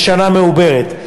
בשנה מעוברת.